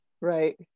right